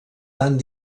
tant